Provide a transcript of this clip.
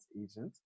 agent